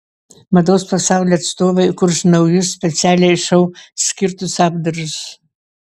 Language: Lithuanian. mados pasaulio atstovai kurs naujus specialiai šou skirtus apdarus